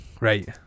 right